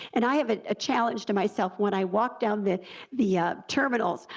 and i have a challenge to myself when i walk down the the terminals,